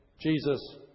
Jesus